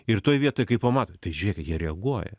ir toj vietoj kai pamato tai žiūrėkit jie reaguoja